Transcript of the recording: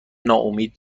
ناامید